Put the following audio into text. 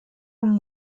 amb